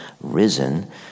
risen